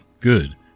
Good